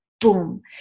boom